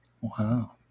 Wow